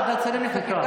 ועדת שרים לחקיקה,